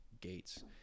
gates